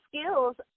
skills